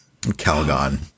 Calgon